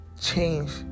change